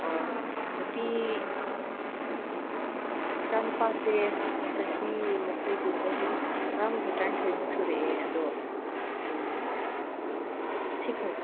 ꯑꯣ ꯅꯨꯄꯤ ꯏꯆꯥꯅꯨꯄꯥꯁꯦ ꯆꯍꯤ ꯃꯈꯣꯏꯁꯦ ꯆꯍꯤ ꯇꯔꯥꯃꯥꯊꯣꯏ ꯇꯔꯥꯟꯊꯣꯏꯃꯨꯛ ꯁꯨꯔꯛꯑꯦ ꯑꯗꯨ ꯎꯝ ꯁꯤ ꯈꯣꯡꯎꯞ